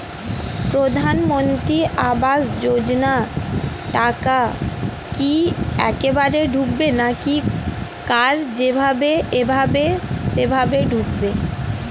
প্রধানমন্ত্রী আবাস যোজনার টাকা কি একবারে ঢুকবে নাকি কার যেভাবে এভাবে সেভাবে ঢুকবে?